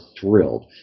thrilled